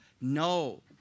No